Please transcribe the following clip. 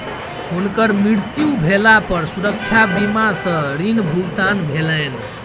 हुनकर मृत्यु भेला पर सुरक्षा बीमा सॅ ऋण भुगतान भेलैन